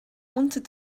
wanted